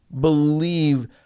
believe